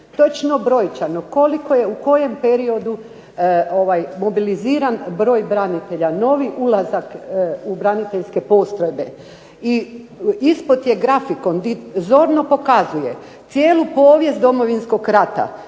točno brojčano koliko je u kojem periodu mobiliziran branitelja, novi ulazak u braniteljske postrojbe. I ispod je grafikon gdje zorno pokazuje cijelu povijest Domovinskog rata